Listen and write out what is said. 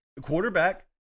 quarterback